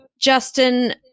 justin